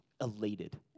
elated